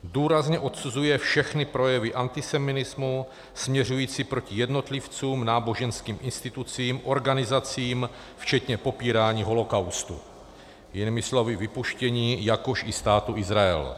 Důrazně odsuzuje všechny projevy antisemitismu směřující proti jednotlivcům, náboženským institucím, organizacím včetně popírání holocaustu jinými slovy vypuštění jakož i Státu Izrael.